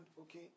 okay